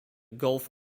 golf